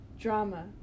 drama